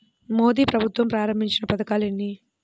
మోదీ ప్రభుత్వం ప్రారంభించిన పథకాలు ఎన్ని?